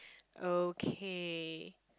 okay